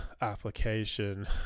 application